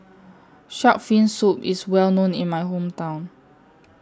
Shark's Fin Soup IS Well known in My Hometown